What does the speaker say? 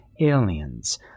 aliens